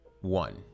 one